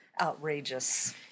outrageous